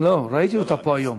ראיתי אותה פה היום.